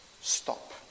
stop